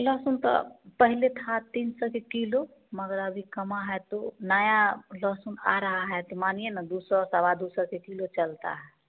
लहसुन तो पहले था तीन सौ के किलो मगर अभी कम हुआ है तो नया लहसुन आ रहा है तो मानिए ना दो सौ सवा दो सौ के किलो चलता है